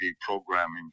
programming